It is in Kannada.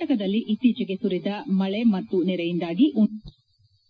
ಕರ್ನಾಟಕದಲ್ಲಿ ಇತ್ತೀಚೆಗೆ ಸುರಿದ ಮಳೆ ಮತ್ತು ನೆರೆಯಿಂದಾಗಿ ಉಂಟಾಗಿರುವ ಹಾನಿ